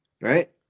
right